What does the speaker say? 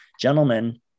gentlemen